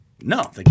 no